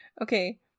Okay